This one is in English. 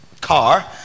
car